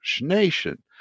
nation